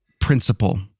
principle